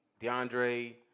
DeAndre